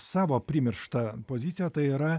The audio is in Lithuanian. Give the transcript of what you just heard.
savo primirštą poziciją tai yra